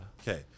Okay